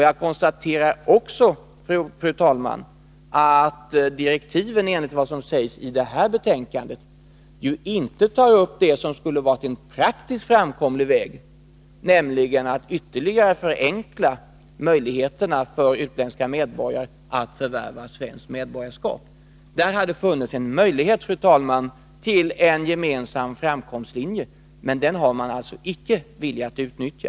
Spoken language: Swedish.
Jag konstaterar också, fru talman, att direktiven enligt vad som sägs i det här betänkandet inte tar upp det som skulle ha varit en praktiskt framkomlig väg, nämligen att ytterligare förenkla möjligheterna för utländska medborgare att förvärva svenskt medborgarskap. Där hade det, fru talman, funnits en möjlighet till en gemensam framkomstlinje, men den vägen har man alltså inte velat utnyttja.